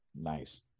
nice